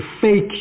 fake